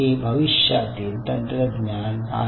हे भविष्यातील तंत्रज्ञान आहे